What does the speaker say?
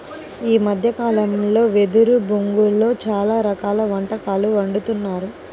ఈ మద్దె కాలంలో వెదురు బొంగులో చాలా రకాల వంటకాలు వండుతున్నారు